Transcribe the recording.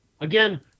again